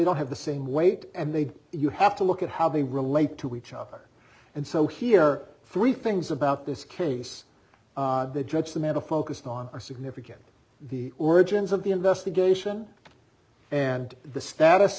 don't have the same weight and they'd you have to look at how they relate to each other and so here three things about this case they judge the man to focus on are significant the origins of the investigation and the status